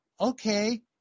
okay